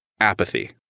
Apathy